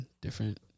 different